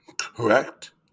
correct